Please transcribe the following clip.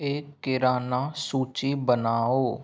एक किराना सूची बनाओ